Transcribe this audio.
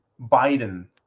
Biden